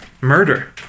Murder